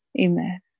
Amen